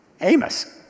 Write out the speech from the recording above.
Amos